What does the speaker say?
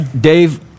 Dave